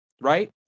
Right